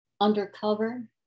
undercover